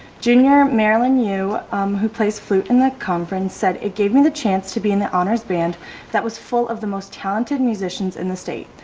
junior marilyn who plays flute in the conference said it gave me the chance to be in the honors band that was full of the most talented musicians in the state.